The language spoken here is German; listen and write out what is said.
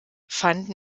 fanden